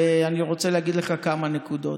ואני רוצה להגיד לך כמה נקודות.